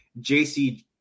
JC